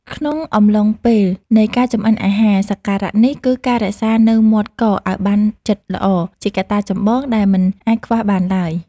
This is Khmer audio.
ក្នុងអំឡុងពេលនៃការចម្អិនអាហារសក្ការៈនេះគឺ ការរក្សានូវមាត់កឱ្យបានជិតល្អជាកត្តាចម្បងដែលមិនអាចខ្វះបានឡើយ។